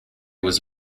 was